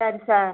சரி சார்